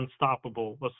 unstoppable